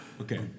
Okay